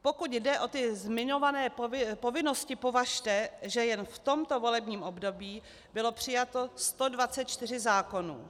Pokud jde o ty zmiňované povinnosti, považte, že jen v tomto volebním období bylo přijato 124 zákonů.